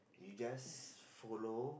you just follow